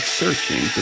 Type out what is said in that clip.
searching